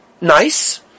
nice